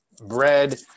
bread